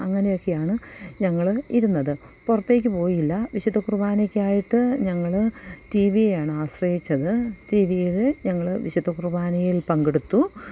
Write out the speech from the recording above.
അങ്ങനെയൊക്കെയാണ് ഞങ്ങള് ഇരുന്നത് പുറത്തേക്ക് പോയില്ല വിശുദ്ധ കുർബാനയ്ക്കായിട്ട് ഞങ്ങള് ടി വി യേണ് ആശ്രയിച്ചത് ടി വിയില് ഞങ്ങള് വിശുദ്ധ കുർബാനയിൽ പങ്കെടുത്തു